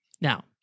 Now